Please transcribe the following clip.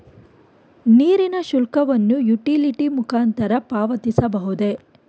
ನೀರಿನ ಶುಲ್ಕವನ್ನು ಯುಟಿಲಿಟಿ ಮುಖಾಂತರ ಪಾವತಿಸಬಹುದೇ?